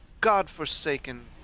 godforsaken